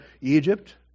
Egypt